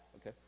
okay